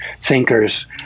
thinkers